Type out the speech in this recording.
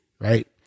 right